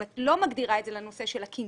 אם את לא מגדירה את זה לנושא של הקנטור,